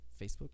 Facebook